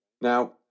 Now